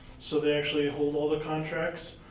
so they actually hold all the contracts.